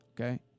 Okay